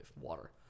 water